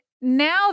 now